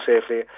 safely